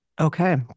Okay